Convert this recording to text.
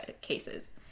cases